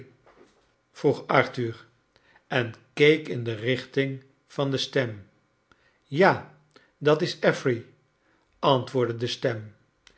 vroeg arthur en keek in de ricbting van de stem ja dat is affery antwoordde de stem